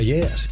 Yes